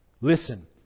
listen